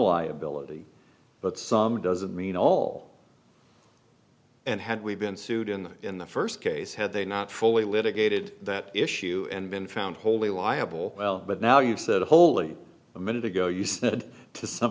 liability but some doesn't mean all and had we been sued in the in the first case had they not fully litigated that issue and been found wholly liable well but now you've said a hole in a minute ago you said to some